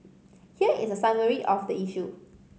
here is a summary of the issue